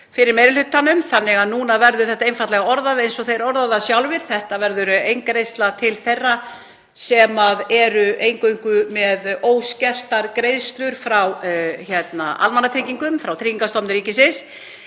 fyrir meiri hlutanum þannig að núna verður þetta einfaldlega orðað eins og þeir orða það sjálfir. Þetta verður eingreiðsla til þeirra sem eru eingöngu með óskertar greiðslur úr almannatryggingum frá Tryggingastofnun ríkisins.